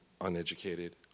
uneducated